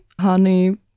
honey